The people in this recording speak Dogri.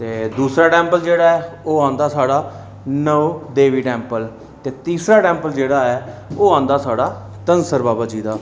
ते दूसरा टैंपल जेह्ड़ा ऐ ओह् आंदा साढ़ा नौ देवी टैंपल ते तीसरा टैंपल जेह्ड़ा ऐ ओह् आंदा साढ़ा धनसर बाबा जी दा ते